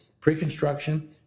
pre-construction